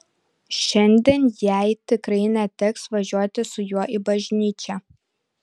šiandien jai tikrai neteks važiuoti su juo į bažnyčią